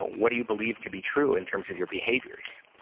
what do you believe to be true in terms of your behaviors?